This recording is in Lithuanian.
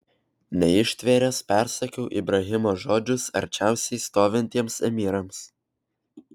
neištvėręs persakiau ibrahimo žodžius arčiausiai stovintiems emyrams